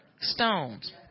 stones